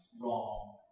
wrong